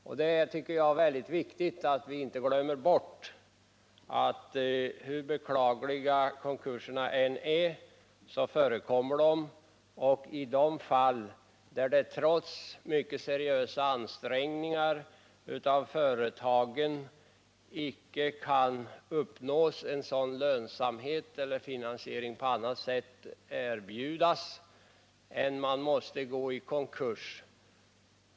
Jag tycker att det är mycket viktigt att inte glömma bort att konkurser, hur beklagliga de än är, ändå förekommer, även i fall där företag trots mycket seriösa ansträngningar inte kan uppnå lönsamhet.